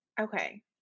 Okay